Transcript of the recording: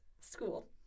School